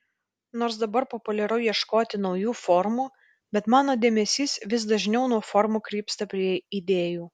nors dabar populiaru ieškoti naujų formų bet mano dėmesys vis dažniau nuo formų krypsta prie idėjų